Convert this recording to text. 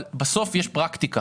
אבל בסוף יש פרקטיקה